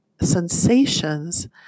sensations